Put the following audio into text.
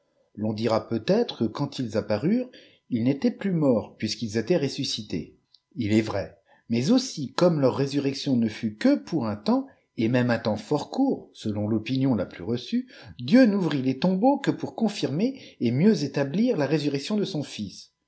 l'on dira peut-être que quand ils apparurent ils n'étaient plus morts puisqu'ils étaient ressuscites il est vrai mais aussi comme leur résurrection ne fut que pour utt temps et même un temps fort court selon l'opinion la plus reçue dieu n'ouvrit les tombeaux que pour confirmer et mieux établir la résurrection de son fils